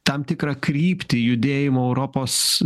tam tikrą kryptį judėjimo europos